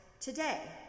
today